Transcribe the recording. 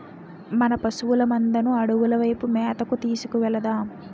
మన పశువుల మందను అడవుల వైపు మేతకు తీసుకు వెలదాం